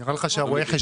הייתה